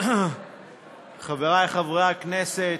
חברי חברי הכנסת,